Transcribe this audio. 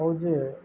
ହଉ ଯେ